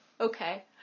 okay